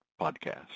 Podcast